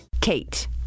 Kate